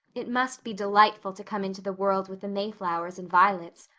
it must be delightful to come into the world with the mayflowers and violets.